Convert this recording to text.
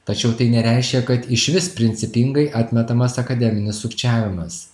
tačiau tai nereiškia kad išvis principingai atmetamas akademinis sukčiavimas